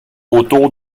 autour